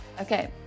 Okay